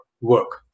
work